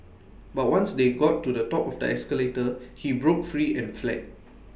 but once they got to the top of the escalator he broke free and fled